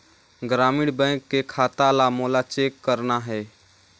ग्रामीण बैंक के खाता ला मोला चेक करना हे?